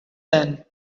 then